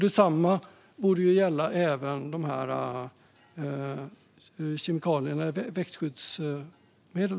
Detsamma borde gälla även kemikalierna i växtskyddsmedel.